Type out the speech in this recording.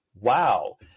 wow